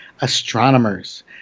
Astronomers